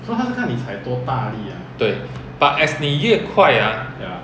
对 but as 你越快啊